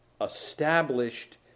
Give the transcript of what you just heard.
established